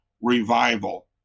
revival